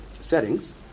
settings